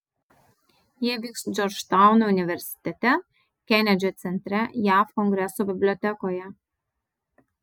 jie vyks džordžtauno universitete kenedžio centre jav kongreso bibliotekoje